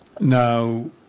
Now